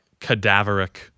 Cadaveric